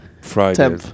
Friday